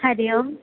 हरिः ओम्